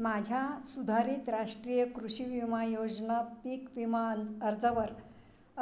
माझ्या सुधारित राष्ट्रीय कृषी विमा योजना पीक विमा अर्जावर